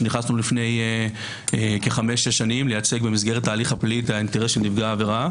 כשנכנסנו לפני כחמש-שש שנים לייצג את האינטרס של נפגע העבירה